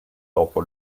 dopo